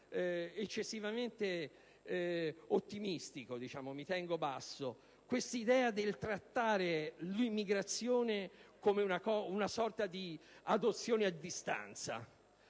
eccessivamente ottimistico - mi tengo basso - del trattare l'immigrazione come una sorta di adozione a distanza: